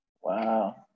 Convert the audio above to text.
Wow